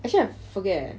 actually I forget